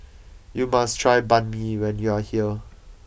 you must try Banh Mi when you are here